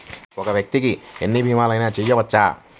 ఒక్క వ్యక్తి ఎన్ని భీమలయినా చేయవచ్చా?